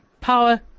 power